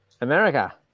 America